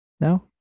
No